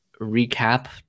recap